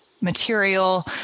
material